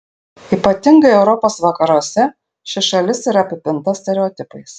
ypatingai europos vakaruose ši šalis yra apipinta stereotipais